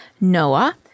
Noah